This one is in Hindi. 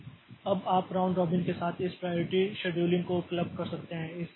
अब आप राउंड रॉबिन के साथ इस प्राइयारिटी शेड्यूलिंग को क्लब कर सकते हैं